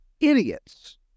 idiots